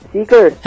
Seeker